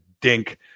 dink